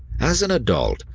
as an adult,